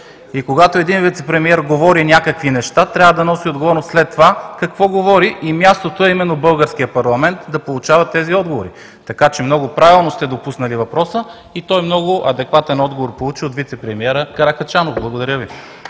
е. Когато един вицепремиер говори някакви неща, трябва да носи отговорност след това, какво говори и мястото е именно българският парламент да получава тези отговори. Много правилно сте допуснали въпроса и той много адекватен отговор получи от вицепремиера Каракачанов. Благодаря Ви.